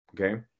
Okay